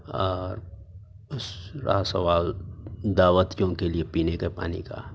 اور اس رہا سوال دعوتیوں کے لیے پینے کے پانی کا